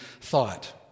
thought